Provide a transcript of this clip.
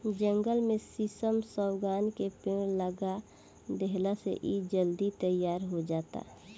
जंगल में शीशम, शागवान के पेड़ लगा देहला से इ जल्दी तईयार हो जाता